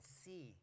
see